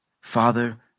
Father